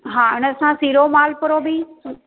हा ऐं हुन सां सिरो मालपूड़ो बि